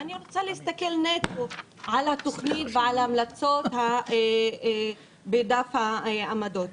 ואני רוצה להסתכל נטו על התוכנית ועל ההמלצות בדף העמדות.